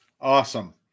Awesome